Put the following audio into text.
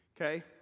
Okay